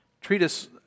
treatise